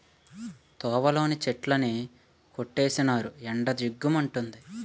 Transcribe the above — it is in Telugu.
తోవలోని చెట్లన్నీ కొట్టీసినారు ఎండ జిగ్గు మంతంది